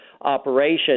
operation